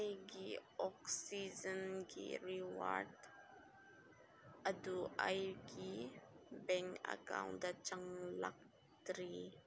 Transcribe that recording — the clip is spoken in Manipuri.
ꯑꯩꯒꯤ ꯑꯣꯛꯁꯤꯖꯦꯟꯒꯤ ꯔꯤꯋꯥꯔꯠ ꯑꯗꯨ ꯑꯩꯒꯤ ꯕꯦꯡ ꯑꯦꯛꯀꯥꯎꯟꯇ ꯆꯪꯂꯛꯇ꯭ꯔꯤ